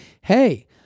Hey